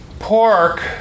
Pork